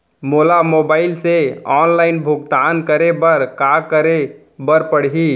मोला मोबाइल से ऑनलाइन भुगतान करे बर का करे बर पड़ही?